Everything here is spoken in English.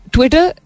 Twitter